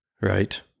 Right